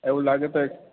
એવું લાગે તો એક